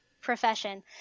profession